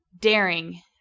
Daring